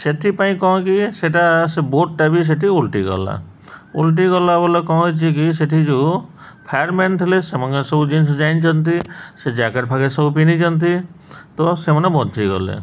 ସେଥିପାଇଁ କ'ଣ କିି ସେଇଟା ସେ ବୋଟ୍ଟା ବି ସେଠି ଓଲଟି ଗଲା ଓଲଟି ଗଲା ବୋଲେ କ'ଣ ହେଇଛି କି ସେଠି ଯେଉଁ ଫାୟାରମ୍ୟାନ୍ ଥିଲେ ସେମାନେ ସବୁ ଜିନ୍ଷ ଜାଇଣିଛନ୍ତି ସେ ଜ୍ୟାକେଟ୍ ଫାକେଟ୍ ସବୁ ପିନ୍ଧିଛନ୍ତି ତ ସେମାନେ ବଞ୍ଚିଗଲେ